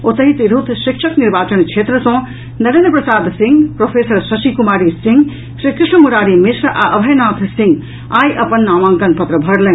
ओतहि तिरहुत शिक्षक निर्वाचन क्षेत्र सँ नरेन्द्र प्रसाद सिंह प्रोफेसर शशि कुमारी सिंह श्रीकृष्ण मुरारी मिश्र आ अभयनाथ सिंह आई अपन नामांकन पत्र भरलनि